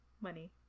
money